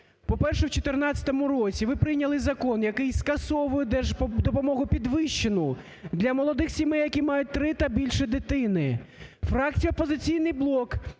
По-перше в 2014 році ви прийняли закон, який скасовує держдопомогу підвищену для молодих сімей, які мають три та більше дитини. Фракція "Опозиційний блок",